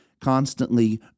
constantly